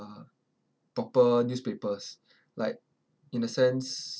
uh proper newspapers like in the sense